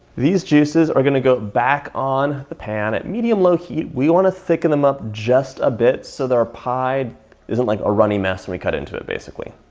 these juices are gonna go back on the pan at medium low heat, we wanna thicken them up just a bit so that our pie isn't like a runny mess and we cut into it basically.